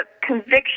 conviction